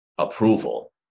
approval